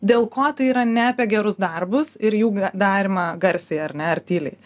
dėl ko tai yra ne apie gerus darbus ir jų ga darymą garsiai ar ne ar tyliai